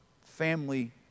family